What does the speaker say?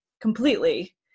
completely